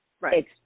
Right